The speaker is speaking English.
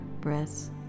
breaths